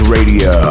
Radio